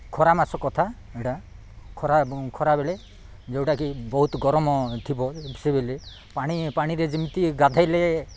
ଖରା ମାସ କଥା ଏଇଟା ଖରା ଏବଂ ଖରାବେଳେ ଯେଉଁଟାକି ବହୁତ ଗରମ ଥିବ ସେବେଲେ ପାଣି ପାଣିରେ ଯେମିତି ଗାଧୋଇଲେ